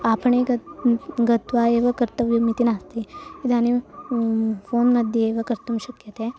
आपणे गत्वा गत्वा एव कर्तव्यमिति नास्ति इदानीं फ़ोन्मध्ये एव कर्तुं शक्यते